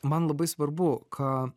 man labai svarbu ką